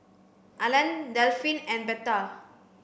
Alan Delphine and Betha